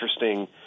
interesting